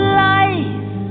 life